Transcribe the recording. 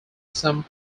some